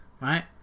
right